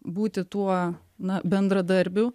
būti tuo na bendradarbiu